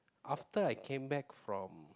after I came back from